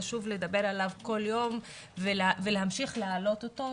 וחשוב לדבר עליו כל יום ולהמשיך להעלות אותו,